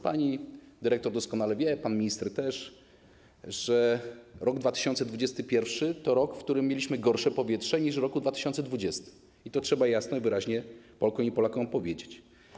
Pani dyrektor doskonale wie, pan minister też, że rok 2021 to rok, w którym mieliśmy gorsze powietrze niż w roku 2020, i to trzeba jasno i wyraźnie Polkom i Polakom powiedzieć.